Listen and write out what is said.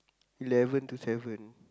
eleven to seven